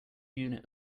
unit